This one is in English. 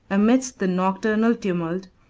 amidst the nocturnal tumult,